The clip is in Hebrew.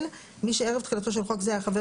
(ג)מי שערב תחילתו של חוק זה היה חבר